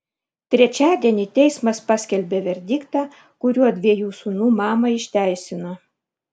trečiadienį teismas paskelbė verdiktą kuriuo dviejų sūnų mamą išteisino